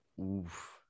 oof